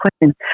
question